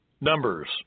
Numbers